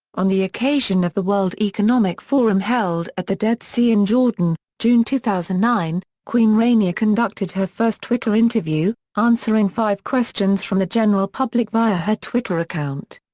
on the occasion of the world economic forum held at the dead sea in jordan, june two thousand and nine, queen rania conducted her first twitter interview, answering five questions from the general public via her twitter account.